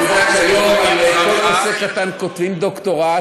את יודעת שהיום על כל נושא קטן כותבים דוקטורט,